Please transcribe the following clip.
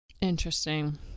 Interesting